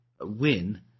win